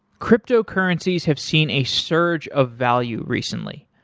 cryptocurrencies have seen a surge of value recently.